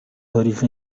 تاریخ